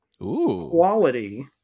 quality